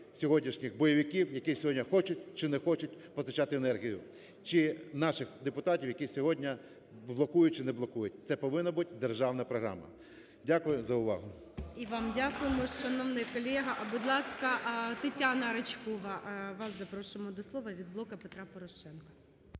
сьогоднішніх бойовиків, які сьогодні хочуть чи не хочуть постачати енергію, чи наших депутатів, які сьогодні блокують чи не блокують. Це повинна бути державна програма. Дякую за увагу. ГОЛОВУЮЧИЙ. І вам дякуємо, шановний колего. Будь ласка, Тетяна Ричкова, вас запрошуємо до слова, від "Блоку Петра Порошенка".